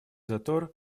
затор